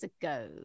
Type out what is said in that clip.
ago